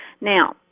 Now